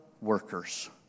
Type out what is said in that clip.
workers